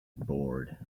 bored